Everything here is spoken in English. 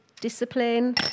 discipline